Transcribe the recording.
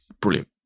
Brilliant